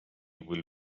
will